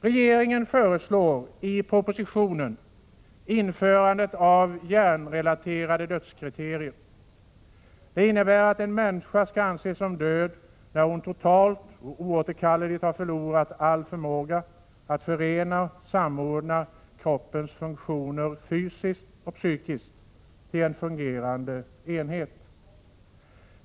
Regeringen föreslår i propositionen införandet av hjärnrelaterade dödskriterier. Det innebär att en människa skall anses som död när hon totalt och oåterkalleligt har förlorat all förmåga att förena och samordna kroppens funktioner — fysiska och psykiska — till en fungerande enhet.